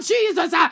Jesus